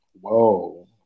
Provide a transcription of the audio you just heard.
Whoa